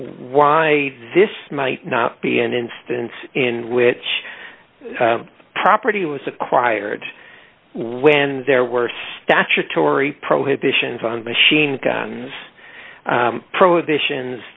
why this might not be an instance in which property was acquired when there were statutory prohibitions on machine guns prohibitions